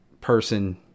person